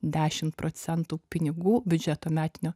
dešimt procentų pinigų biudžeto metinio